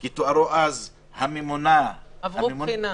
בתוארו אז או הממונה --- עברו בחינה.